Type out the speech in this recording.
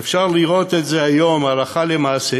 ואפשר לראות את זה היום הלכה למעשה,